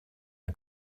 and